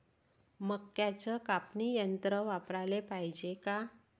मक्क्याचं कापनी यंत्र वापराले पायजे का?